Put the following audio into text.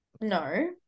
No